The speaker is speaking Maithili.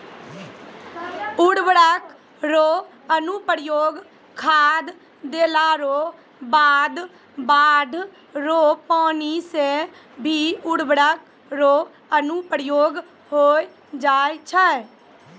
उर्वरक रो अनुप्रयोग खाद देला रो बाद बाढ़ रो पानी से भी उर्वरक रो अनुप्रयोग होय जाय छै